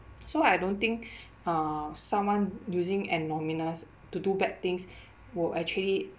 so I don't think uh someone using to do bad things will actually